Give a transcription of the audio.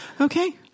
Okay